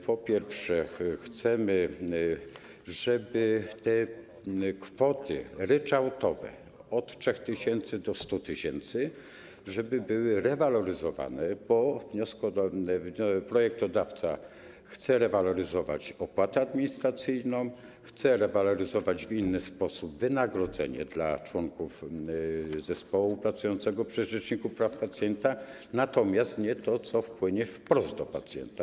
Po pierwsze, chcemy, żeby te kwoty ryczałtowe, od 3 tys. do 100 tys., były rewaloryzowane, bo projektodawca chce rewaloryzować opłatę administracyjną, chce rewaloryzować w inny sposób wynagrodzenie dla członków zespołu pracującego przy rzeczniku praw pacjenta, natomiast nie chce rewaloryzować tego, co płynie wprost do pacjenta.